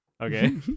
Okay